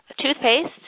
toothpaste